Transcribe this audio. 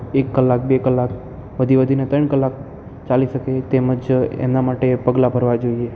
એક કલાક બે કલાક વધી વધીને તૈણ કલાક ચાલી શકે તેમજ એના માટે પગલાં ભરવા જોઈએ